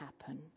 happen